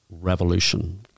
Revolution